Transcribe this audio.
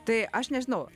tai aš nežinau